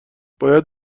باید